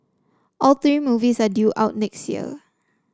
all three movies are due out next year